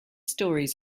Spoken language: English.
stories